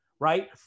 right